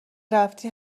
رفتی